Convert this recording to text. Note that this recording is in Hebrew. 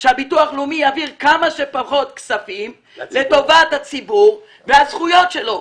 הוא שהביטוח הלאומי יעביר כמה שפחות כספים לטובת הציבור והזכויות שלו.